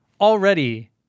already